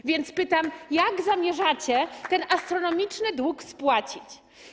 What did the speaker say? A więc pytam: Jak zamierzacie ten astronomiczny dług spłacić?